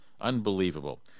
unbelievable